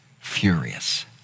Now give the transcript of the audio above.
furious